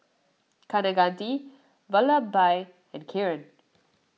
Kaneganti Vallabhbhai and Kiran